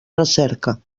recerca